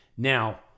Now